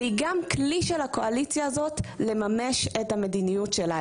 והיא גם כלי של הקואליציה הזאת לממש את המדיניות שלה,